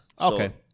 Okay